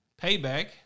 payback